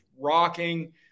rocking